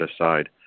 aside